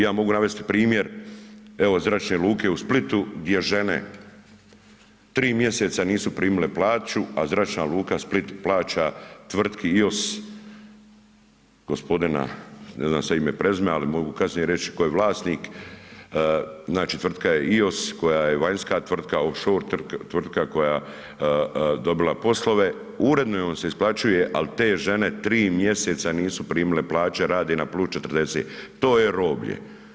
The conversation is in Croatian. Ja mogu navesti primjer evo Zračne luke u Splitu gdje žene tri mjeseca nisu primile plaću, a Zračna luka Split plaća tvrtki IOS gospodina, ne znam sad ime, prezime, al mogu kasnije reć tko je vlasnik, znači tvrtka je IOS koja je vanjska tvrtka, outscore tvrtka koja je dobila poslove uredno joj se isplaćuje, al te žene tri mjeseca nisu primile plaće, rade na +40, to je roblje.